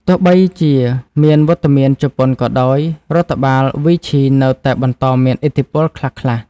ទោះបីជាមានវត្តមានជប៉ុនក៏ដោយ រដ្ឋបាលវីឈីនៅតែបន្តមានឥទ្ធិពលខ្លះៗ។